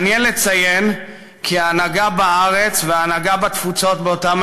מעניין לציין כי ההנהגה בארץ וההנהגה בתפוצות באותם